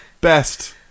best